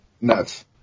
Nuts